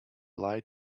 lied